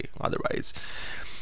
otherwise